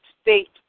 state